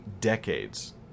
decades